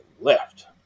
left